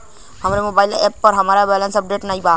हमरे mobile app पर हमार बैलैंस अपडेट नाई बा